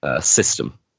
system